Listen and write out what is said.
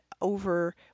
over